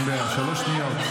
אין בעיה, שלוש שניות.